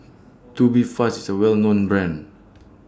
Tubifast IS A Well known Brand